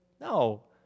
No